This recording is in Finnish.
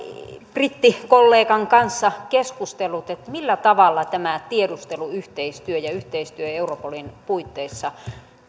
brittikollegan kanssa keskustellut siitä millä tavalla tämä tiedusteluyhteistyö ja yhteistyö europolin puitteissa